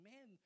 Man